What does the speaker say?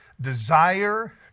desire